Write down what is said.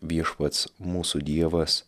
viešpats mūsų dievas